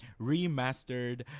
remastered